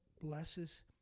blesses